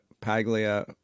Paglia